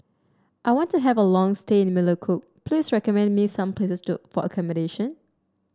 I want to have a long stay in Melekeok please recommend me some places to for accommodation